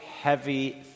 heavy